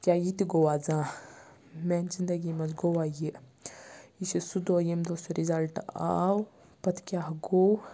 کیٛاہ یِتہِ گوٚوا زانٛہہ میٛانہِ زندگی منٛز گوٚوا یہِ یہِ چھُ سُہ دۄہ ییٚمہِ دۄہ سُہ رِزَلٹ آو پَتہٕ کیٛاہ گوٚو